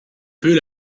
peux